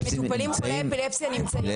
מטופלים חולי אפילפסיה נמצאים.